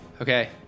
Okay